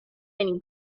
many